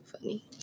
funny